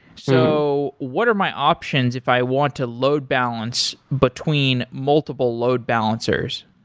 so what are my options if i want to load balance between multiple load balancers?